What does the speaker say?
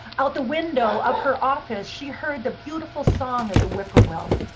out the window of her office, she heard the beautiful song of the whippoorwill.